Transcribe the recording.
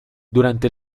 durante